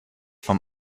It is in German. vom